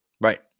right